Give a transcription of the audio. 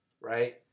right